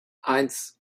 eins